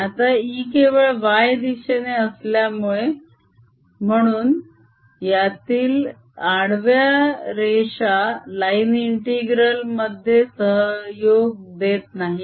dS आता E केवळ y दिशेने असल्यामुळे म्हणुं यातील आडव्या रेषा लाईन इंटीग्रल मध्ये सहयोग देत नाहीत